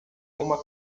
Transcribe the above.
uma